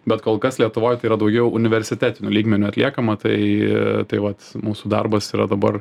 bet kol kas lietuvoj tai yra daugiau universitetiniu lygmeniu atliekama tai tai vat mūsų darbas yra dabar